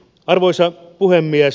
arvoisa puhemies